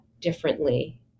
differently